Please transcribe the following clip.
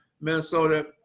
Minnesota